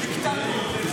דיקטטור.